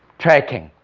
tracking.